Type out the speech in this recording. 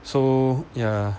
so ya